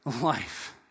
life